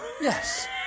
Yes